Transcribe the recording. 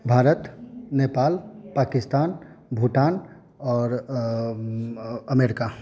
भारत नेपाल पाकिस्तान भूटान आओर अमेरिका